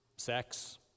Sex